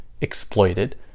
exploited